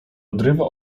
odrywa